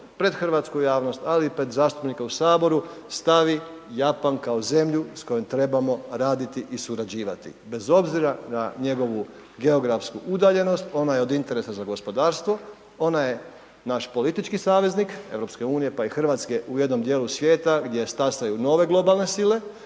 pred hrvatsku javnost ali i pred zastupnike u Saboru stavi Japan kao zemlju s kojom trebamo raditi i surađivati bez obzira na njegovu geografsku udaljenost, ona je od interesa za gospodarstvo, ona je naš politički saveznik EU pa i Hrvatske u jednom dijelu svijeta gdje stasaju nove globalne sile